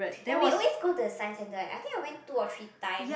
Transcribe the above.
ya we always go the science centre eh I think I went two or three time